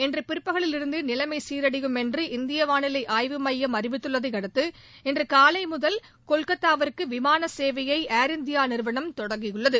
இன்று பிற்பகலில் இருந்து நிலைமை சீரடையும் என்று இந்திய வாளிலை ஆய்வு மையம் அறிவித்துள்ளதை அடுத்து இன்று காலை முதல் கொல்கத்தாவிற்கு விமான சேவையை ஏர்இண்டியா நிறுவனம் தொடங்கியுள்ளது